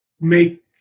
make